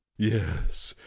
yes,